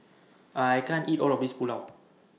I can't eat All of This Pulao